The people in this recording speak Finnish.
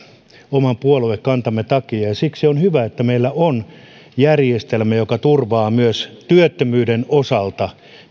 oman puoluekantamme takia ja siksi on hyvä että meillä on järjestelmä joka turvaa meitä myös työttömyyden osalta